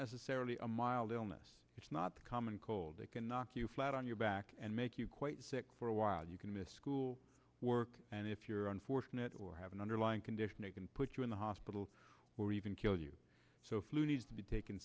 necessarily a mild illness it's not the common cold that can knock you flat on your back and make you quite sick for a while you can miss school work and if you're unfortunate or have an underlying condition it can put you in the hospital or even kill you so flu needs to be taken